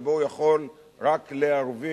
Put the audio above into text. שבו הוא יכול רק להרוויח,